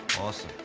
awesome.